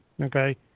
Okay